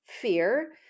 Fear